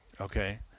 okay